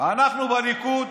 אנחנו בליכוד